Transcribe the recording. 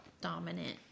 dominant